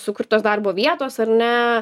sukurtos darbo vietos ar ne